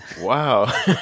Wow